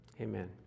Amen